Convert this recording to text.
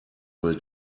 will